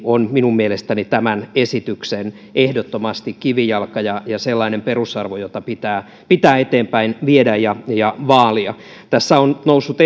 on minun mielestäni ehdottomasti tämän esityksen kivijalka ja sellainen perusarvo jota pitää pitää eteenpäin viedä ja ja vaalia tässä on noussut